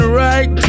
right